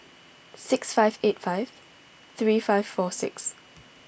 six five eight five three five four six